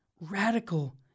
radical